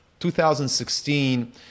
2016